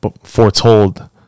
foretold